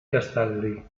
castelli